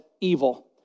evil